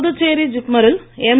புதுச்சேரி ஜிப்மரில் எம்